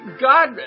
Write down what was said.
God